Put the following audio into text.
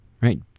right